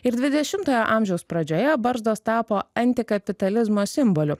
ir dvidešimtojo amžiaus pradžioje barzdos tapo antikapitalizmo simboliu